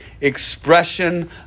expression